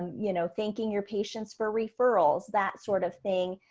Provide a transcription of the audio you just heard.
you know, thinking your patients for referrals, that sort of thing.